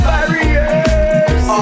Barriers